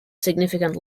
significant